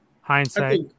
Hindsight